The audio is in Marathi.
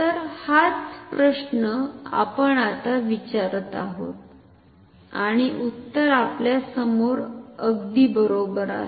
तर हाच प्रश्न आपण आता विचारत आहोत आणि उत्तर आपल्या समोर अगदी बरोबर आहे